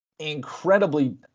incredibly